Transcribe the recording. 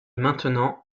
maintenant